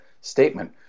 statement